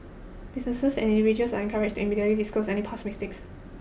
businesses and individuals are encouraged to immediately disclose any past mistakes